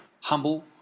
Humble